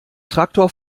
traktor